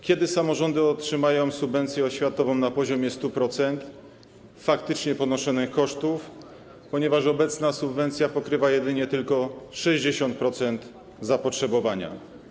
Kiedy samorządy otrzymają subwencję oświatową na poziomie 100% faktycznie ponoszonych kosztów, ponieważ obecna subwencja pokrywa jedynie 60% zapotrzebowania?